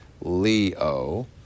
Leo